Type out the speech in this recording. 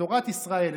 את תורת ישראל,